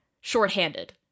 shorthanded